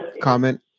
comment